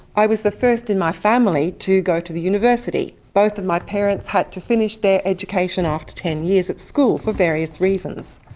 i was the first in my family to go to university. both of my parents had to finish their education after ten years at school, for various reasons.